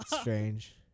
Strange